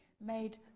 made